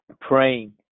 praying